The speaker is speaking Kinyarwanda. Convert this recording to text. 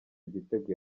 igitego